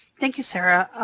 thank you, sarah.